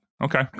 Okay